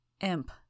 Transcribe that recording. Imp